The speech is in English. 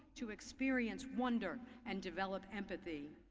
to experience wonder and develop empathy.